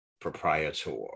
proprietor